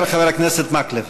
חבר הכנסת מקלב.